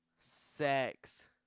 sex